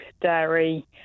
dairy